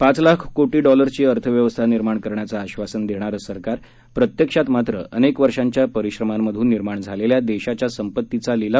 पाच लाख कोटी डॉलर्सची अर्थव्यवस्था निर्माण करण्याचं आश्वासन देणारं सरकार प्रत्यक्षात मात्र अनेक वर्षांच्या परिश्रमांमधून निर्माण झालेल्या देशाच्या संपतीचा लीलाव करत असल्याचं त्यांनी सांगितलं